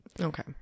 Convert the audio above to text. Okay